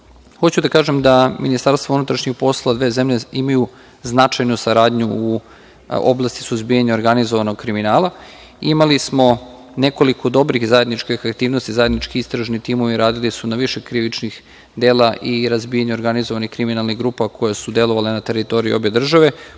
da kažem da MUP dve zemlje imaju značajnu saradnju u oblasti suzbijanja organizovanog kriminala. Imali smo nekoliko dobrih zajedničkih aktivnosti, zajednički istražni timovi radili su na više krivičnih dela i razbijanju organizovanih kriminalnih grupa koje su delovale na teritoriji obe